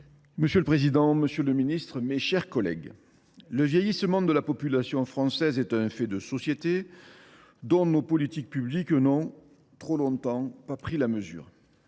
Monsieur le président, monsieur le ministre, mes chers collègues, le vieillissement de la population française est un fait de société dont nos politiques publiques n’ont, pendant trop longtemps, pas pris la mesure.